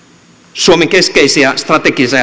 suomen keskeisiä strategisia